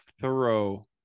thorough